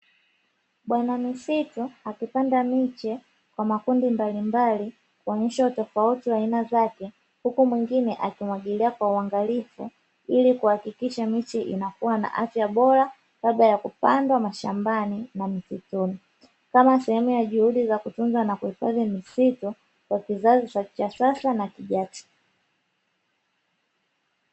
Bwana misitu akipanda miche kwa makundi mbalimbali wameshatofauti wa aina zake, huku mwingine akimwagilia kwa uangalifu ili kuhakikisha miche inakuwa na afya bora kabla ya kupandwa mashambani na misituni, kama sehemu ya juhudi za kutunza na kuhifadhi mizito kwa kizazi cha sasa na kijacho.